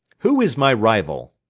who is my rival?